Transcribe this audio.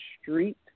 street